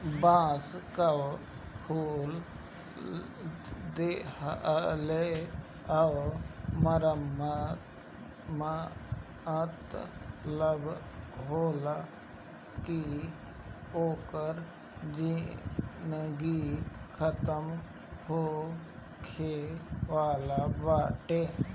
बांस कअ फूल देहले कअ मतलब होला कि ओकर जिनगी खतम होखे वाला बाटे